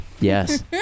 Yes